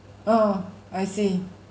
oh I see